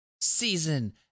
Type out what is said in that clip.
season